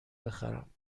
بخرم